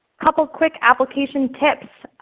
couple quick application tips,